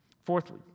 Fourthly